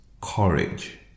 courage